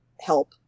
help